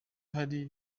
hari